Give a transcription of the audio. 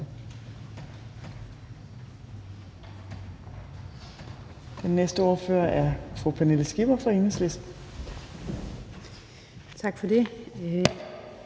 Den næste ordfører er fru Pernille Skipper fra Enhedslisten.